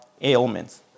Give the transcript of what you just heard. ailments